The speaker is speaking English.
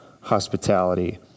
hospitality